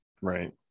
Right